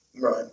Right